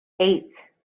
eight